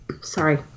sorry